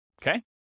okay